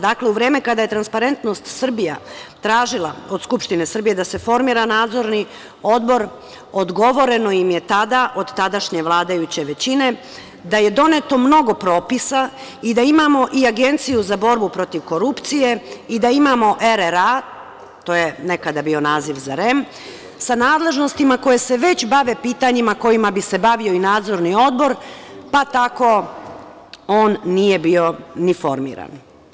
Dakle, u vreme kada je Transparentnost Srbija tražila od Skupštine Srbije da se formira Nadzorni odbor odgovoreno im je tada od tadašnje vladajuće većine da je doneto mnogo propisa i da imamo i Agenciju za borbu protiv korupcije i da imamo RRA, to je nekada bio naziv za REM, sa nadležnostima koje se već bave pitanjima kojima bi se bavio i Nadzorni odbor, pa tako on nije bio ni formiran.